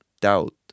doubt